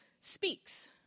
speaks